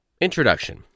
Introduction